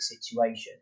situation